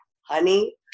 honey